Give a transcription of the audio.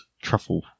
truffle